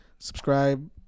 subscribe